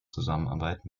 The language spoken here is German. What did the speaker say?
zusammenarbeit